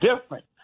different